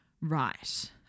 Right